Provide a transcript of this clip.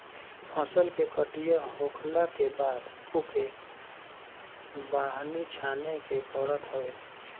फसल के कटिया होखला के बाद ओके बान्हे छाने के पड़त हवे